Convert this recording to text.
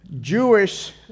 Jewish